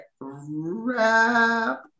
wrap